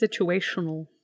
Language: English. Situational